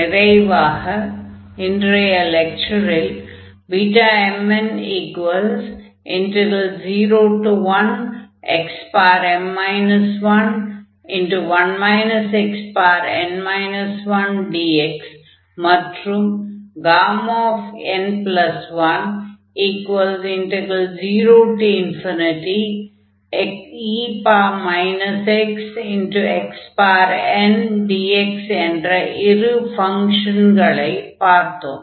நிறைவாக இன்றைய லெக்சரில் Bmn01xm 11 xn 1dx மற்றும் n10e xxndx என்ற இரு ஃபங்ஷன்களை பார்த்தோம்